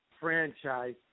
franchise